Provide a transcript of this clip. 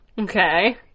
Okay